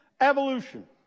Evolution